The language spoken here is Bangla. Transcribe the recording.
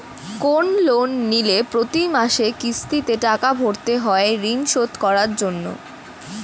কোন লোন নিলে প্রতি মাসে কিস্তিতে টাকা ভরতে হয় ঋণ শোধ করার জন্য